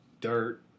dirt